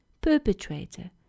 perpetrator